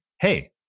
hey